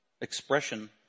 expression